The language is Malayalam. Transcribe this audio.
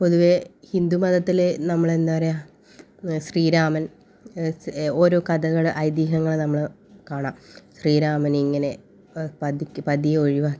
പൊതുവേ ഹിന്ദു മതത്തിൽ നമ്മൾ എന്താ പറയാ ശ്രീ രാമൻ ഓരോ കഥകൾ ഐതിഹ്യങ്ങൾ നമ്മൾ കാണാം ശ്രീ രാമൻ ഇങ്ങനെ പതിക്ക് പതിയെ ഒഴിവാക്കി